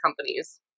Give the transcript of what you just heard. companies